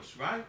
right